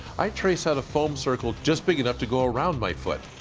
i trace out of foam circle just big enough to go around my foot.